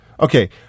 Okay